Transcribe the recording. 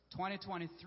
2023